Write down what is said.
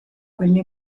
quelle